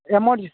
amount